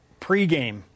pregame